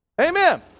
Amen